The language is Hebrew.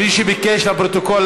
מי שביקש לפרוטוקול,